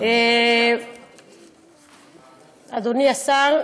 אדוני השר,